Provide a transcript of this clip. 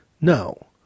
No